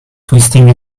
twisting